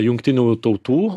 jungtinių tautų